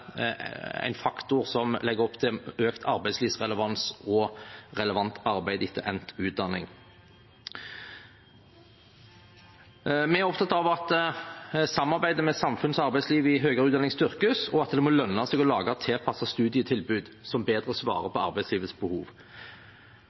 en faktor som legger opp til økt arbeidslivsrelevans og relevant arbeid etter endt utdanning. Vi er opptatt av at samarbeidet mellom samfunns- og arbeidslivet i høyere utdanning styrkes, og at det må lønne seg å lage tilpassede studietilbud, som bedre svarer